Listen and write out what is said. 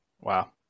Wow